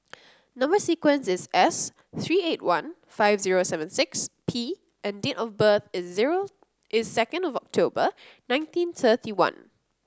number sequence is S three eight one five zero seven six P and date of birth is zero is second of October nineteen thirty one